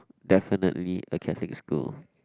definitely a Catholic school